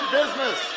business